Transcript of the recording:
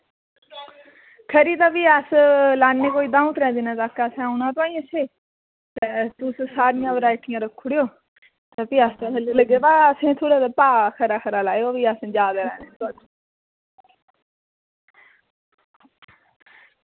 ते खरी तां अस दंऊ त्रंऊ दिनें तगर औना असें तुआहीं आसै ते तुस सारियां वैराइटियां रक्खी ओड़ो ते खरा लेई जाह्गे बाऽ भाऽ असेंगी ठीक खरा खरा लायो ते भी अस खरा लेई जाह्गे